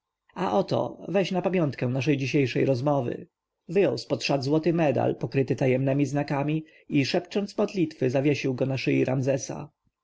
oto weź na pamiątkę naszej dzisiejszej rozmowy wyjął z pod szat złoty medal pokryty tajemnemi znakami i szepcząc modlitwy zawiesił go na szyi ramzesa